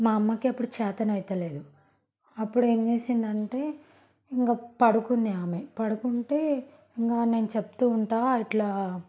మా అమ్మకి అప్పుడు చేతనైతలేదు అప్పుడు ఏం చేసిందంటే ఇంక పడుకుంది ఆమె పడుకుంటే ఇంక నేను చెప్తు ఉంటాను అట్లా